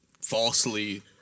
falsely